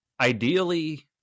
ideally